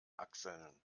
achseln